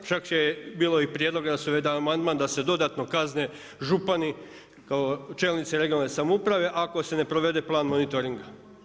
Čak je bilo i prijedloga da se da amandman, da se dodatno kazne župani kao čelnici regionalne samouprave ako se ne provede plan monitoringa.